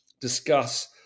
discuss